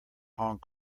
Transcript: hong